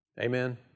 Amen